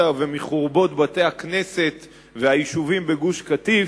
ומחורבות בתי-הכנסת והיישובים בגוש-קטיף,